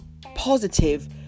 positive